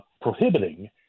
prohibiting